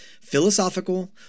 philosophical